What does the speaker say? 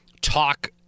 talk